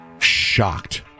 Shocked